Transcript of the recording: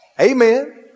Amen